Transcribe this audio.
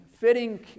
fitting